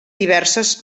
diverses